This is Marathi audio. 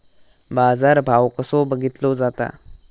बाजार भाव कसो बघीतलो जाता?